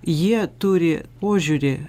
jie turi požiūrį